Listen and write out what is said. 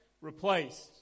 replaced